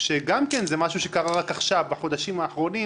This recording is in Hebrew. זה גם משהו שקרה רק עכשיו, בחודשים האחרונים